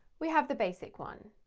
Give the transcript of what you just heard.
we have the basic one.